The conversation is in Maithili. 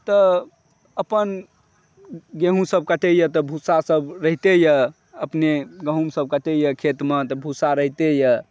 तऽ अपन गेहूँसभ कटयए तऽ भुस्सासभ रहिते यऽ अपने गहुमसभ कटयए खेतमे तऽ भुस्सा रहिते यऽ